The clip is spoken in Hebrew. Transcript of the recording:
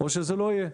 או שזה לא יהיה,